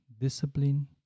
discipline